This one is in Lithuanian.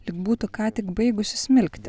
lyg būtų ką tik baigusi smilkti